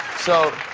so,